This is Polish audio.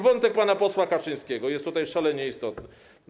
Wątek pana posła Kaczyńskiego jest tutaj szalenie istotny.